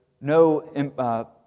no